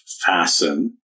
Fasten